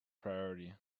priority